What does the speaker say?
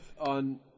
on